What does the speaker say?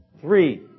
three